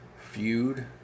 feud